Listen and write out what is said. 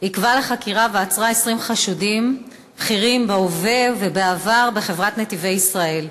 עיכבה לחקירה ועצרה 20 חשודים בכירים בהווה ובעבר בחברת "נתיבי ישראל",